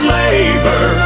labor